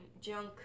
junk